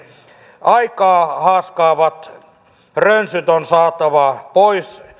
aikaa haaskaavat rönsyt on saatava pois